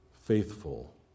faithful